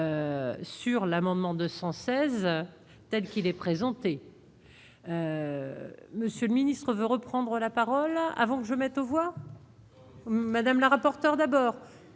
Sur l'amendement 216 heures, telles qu'il est présenté, monsieur le ministre. On veut reprendre la parole avant que je mette au revoir. Madame la rapporteur d'abord